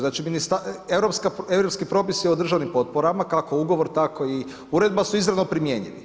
Znači europski propisi o državnim potporama kako ugovor, tako i uredba su izravno primjenjivi.